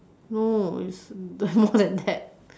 no is there are more than that